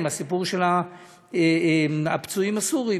עם הסיפור של הפצועים הסורים,